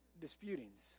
disputings